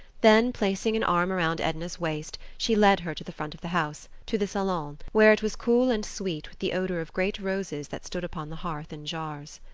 then placing an arm around edna's waist, she led her to the front of the house, to the salon, where it was cool and sweet with the odor of great roses that stood upon the hearth in jars.